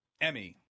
Emmy